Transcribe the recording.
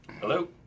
Hello